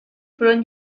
fueron